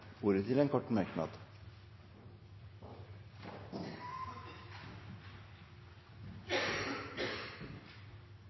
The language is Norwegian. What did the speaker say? ordet til en kort merknad,